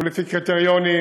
הוא לפי קריטריונים.